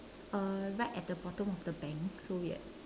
uh right at the bottom of the bank so weird